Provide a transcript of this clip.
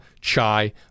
chai